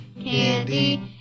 candy